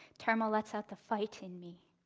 turmoil lets out the fight in me.